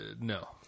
no